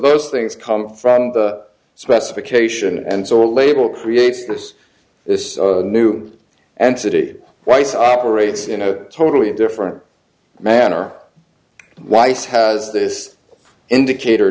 those things come from the specification and so a label creates this this new entity weiss operates in a totally different manner weiss has this indicator